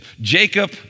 Jacob